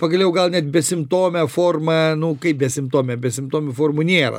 pagaliau gal net besimptomę formą nu kaip besimptomę besimptomių formų nėra